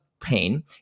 pain